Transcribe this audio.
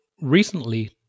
recently